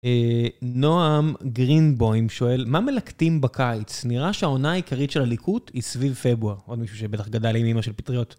נועם גרינבויים שואל, מה מלקטים בקיץ? נראה שהעונה העיקרית של הליקוט היא סביב פברואר. עוד מישהו שבטח גדל עם אימא של פטריות.